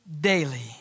daily